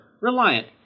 Reliant